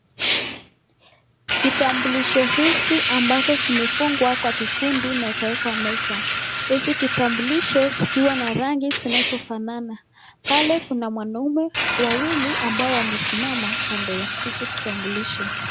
Kitambulisho hizi ambazo zimefungwa kwa kikundi na ikawekwa kwa meza, hizi kitambulisho zikiwa na rangi zinazofanana, pale kuna mwanaume wawili ambao wamesimama kando ya hizi kitambulisho.